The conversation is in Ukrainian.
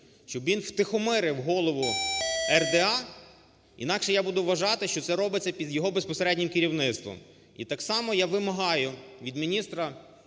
щоб він втихомирив голову РДА, інакше я буду вважати, що це робиться під його безпосереднім керівництвом. І так само я вимагаю від міністра